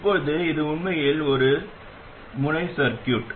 இப்போது இது உண்மையில் ஒரு முனை சர்கியூட்